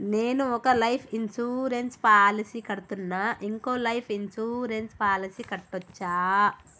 నేను ఒక life insurance policy కడ్తున్నా, ఇంకో లైఫ్ ఇన్సూరెన్స్ పాలసీ కట్టొచ్చా?